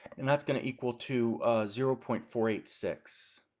and that's going to equal to zero point four eight six.